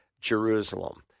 Jerusalem